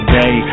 day